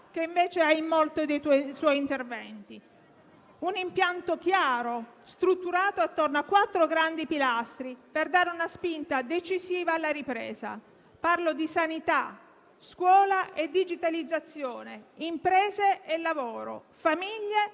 che invece ha in molti dei suoi interventi. Ha un impianto chiaro, strutturato attorno a quattro grandi pilastri, per dare una spinta decisiva alla ripresa: parlo di sanità, scuola e digitalizzazione, imprese e lavoro, famiglia e